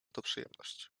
przyjemność